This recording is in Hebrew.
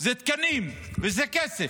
זה תקנים וזה כסף.